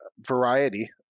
variety